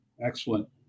Excellent